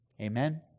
Amen